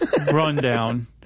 rundown